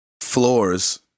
floors